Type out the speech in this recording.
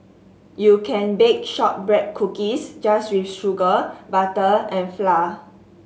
you can bake shortbread cookies just with sugar butter and flour